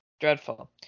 dreadful